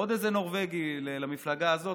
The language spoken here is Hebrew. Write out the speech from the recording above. עוד איזה נורבגי למפלגה הזאת,